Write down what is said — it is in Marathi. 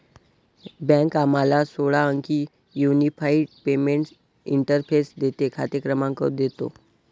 बँक आम्हाला सोळा अंकी युनिफाइड पेमेंट्स इंटरफेस देते, खाते क्रमांक देतो